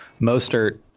Mostert